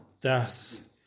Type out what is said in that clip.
das